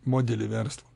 modelį verslo